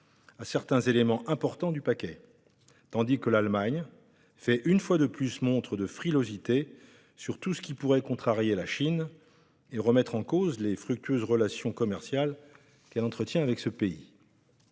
à certains éléments importants du paquet, tandis que l'Allemagne fait, une fois de plus, montre de frilosité à l'égard de tout ce qui pourrait contrarier la Chine et remettre en cause les fructueuses relations commerciales qu'elle entretient avec ce pays.